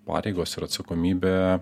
pareigos ir atsakomybė